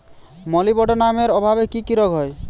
মলিবডোনামের অভাবে কি কি রোগ হয়?